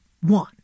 one